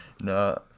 No